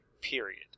Period